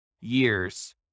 years